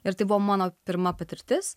ir tai buvo mano pirma patirtis